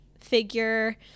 figure